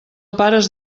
pares